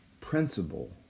principle